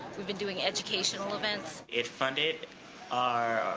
we've been doing educational events. if funded our